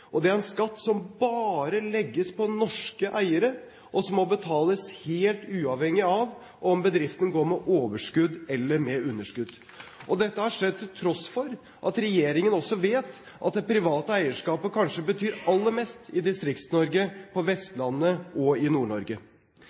Det er en skatt som bare legges på norske eiere, og som må betales helt uavhengig av om bedriften går med overskudd eller med underskudd. Dette har skjedd til tross for at regjeringen også vet at det private eierskapet kanskje betyr aller mest i Distrikts-Norge, på Vestlandet og i